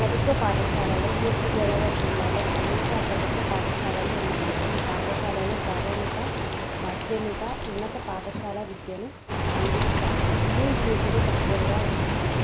ప్రభుత్వ పాఠశాలలు తూర్పుగోదావరి జిల్లాలో అనేక ప్రభుత్వ పాఠశాలలు ఉన్నాయి ఈ పాఠశాలలో ప్రాథమిక మధ్యమిక ఉన్నత పాఠశాల విద్యను అందిస్తాయి స్కూల్ ఫీజులు తక్కువగా ఉంటాయి